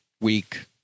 week